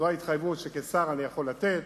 זו ההתחייבות שכשר אני יכול לתת,